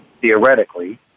theoretically